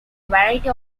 variety